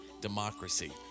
democracy